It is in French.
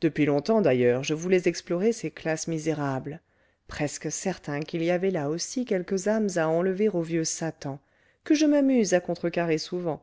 depuis longtemps d'ailleurs je voulais explorer ces classes misérables presque certain qu'il y avait là aussi quelques âmes à enlever au vieux satan que je m'amuse à contrecarrer souvent